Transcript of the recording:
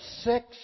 six